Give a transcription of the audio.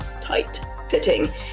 tight-fitting